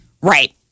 Right